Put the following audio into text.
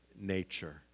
nature